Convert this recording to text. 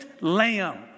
lamb